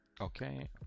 Okay